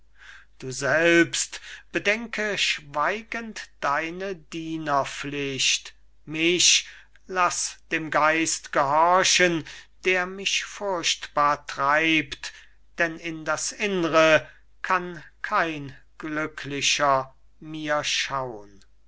du selbst bedenke schweigend deine dienerpflicht mich laß dem geist gehorchend der mich furchtbar treibt denn in das innre kann kein glücklicher mir schaun